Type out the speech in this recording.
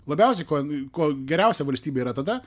labiausiai ko mi ko geriausia valstybė yra tada